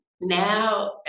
now